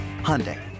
Hyundai